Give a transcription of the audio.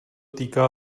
týká